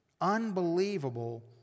unbelievable